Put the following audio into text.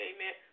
Amen